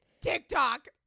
TikTok